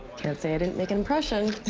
can't say i didn't make an impression. oh,